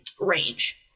range